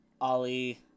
Ali